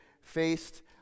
faced